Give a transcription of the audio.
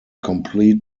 complete